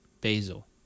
basil